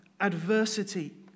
adversity